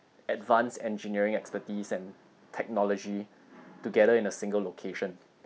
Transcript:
advance engineering expertise and technology together in a single location